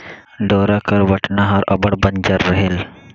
डोरा कर बटना हर अब्बड़ बंजर रहेल